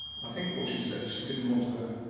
i think what she said is she didn't want to